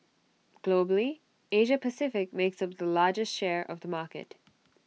Globally Asia Pacific makes up the largest share of the market